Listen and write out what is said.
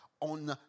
on